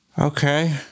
Okay